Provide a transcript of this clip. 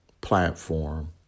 platform